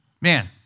Man